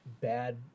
bad